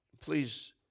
Please